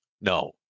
No